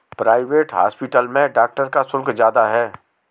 private hospital में doctor का शुल्क ज्यादा है